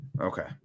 Okay